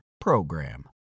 PROGRAM